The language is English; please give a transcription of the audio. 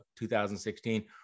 2016